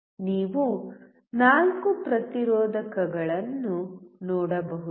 ನೀವು ನಾಲ್ಕು ಪ್ರತಿರೋಧಕಗಳನ್ನು ನೋಡಬಹುದು